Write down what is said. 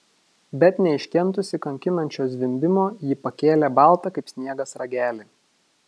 bet neiškentusi kankinančio zvimbimo ji pakėlė baltą kaip sniegas ragelį